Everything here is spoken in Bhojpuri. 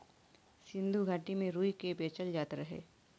सिन्धु घाटी में रुई के बेचल जात रहे